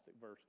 verse